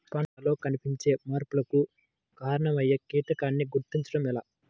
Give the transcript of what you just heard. పంటలలో కనిపించే మార్పులకు కారణమయ్యే కీటకాన్ని గుర్తుంచటం ఎలా?